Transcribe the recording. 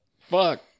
fuck